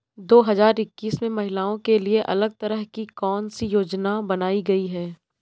दो हजार इक्कीस में महिलाओं के लिए अलग तरह की कौन सी योजना बनाई गई है?